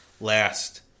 last